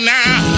now